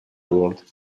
word